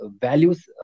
values